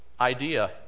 idea